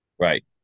right